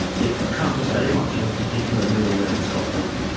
it comes very much from a particular milieu in scotland,